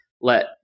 let